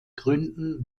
gründen